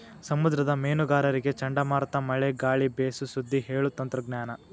ಸಮುದ್ರದ ಮೇನುಗಾರರಿಗೆ ಚಂಡಮಾರುತ ಮಳೆ ಗಾಳಿ ಬೇಸು ಸುದ್ದಿ ಹೇಳು ತಂತ್ರಜ್ಞಾನ